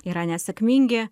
yra nesėkmingi